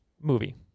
movie